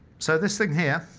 so this thing here